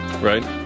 right